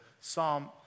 Psalm